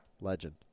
Legend